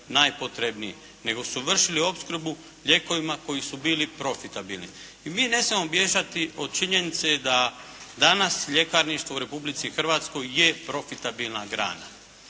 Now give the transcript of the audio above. najpotrebniji nego su vršili opskrbu lijekovima koji su bili profitabilni. I mi ne smijemo bježati od činjenice da danas ljekarništvo u Republici Hrvatskoj je profitabilna grana.